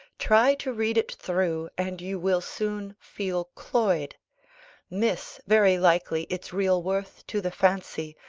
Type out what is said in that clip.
try to read it through, and you will soon feel cloyed miss very likely, its real worth to the fancy,